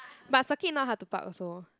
but circuit not hard to park also